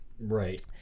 Right